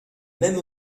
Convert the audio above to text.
même